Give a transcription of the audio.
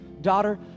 daughter